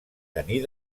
tenir